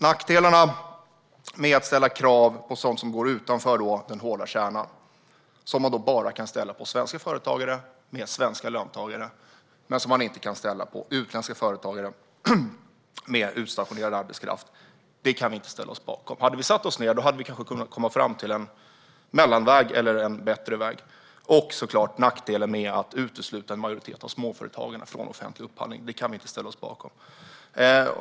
Nackdelarna med att ställa krav på sådant som går utanför den hårda kärnan, krav som man då bara kan ställa på svenska företagare med svenska löntagare men som man inte kan ställa på utländska företagare med utstationerad arbetskraft, kan vi inte ställa oss bakom. Om vi hade satt oss ned hade vi kanske kunnat komma fram till en mellanväg eller en bättre väg. Men nackdelen med att utesluta en majoritet av småföretagarna från offentlig upphandling kan vi såklart inte ställa oss bakom.